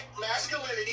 masculinity